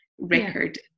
record